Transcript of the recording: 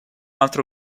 altro